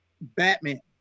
Batman